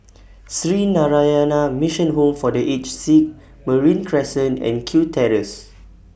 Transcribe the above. Sree Narayana Mission Home For The Aged Sick Marine Crescent and Kew Terrace